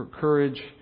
courage